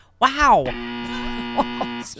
Wow